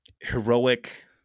heroic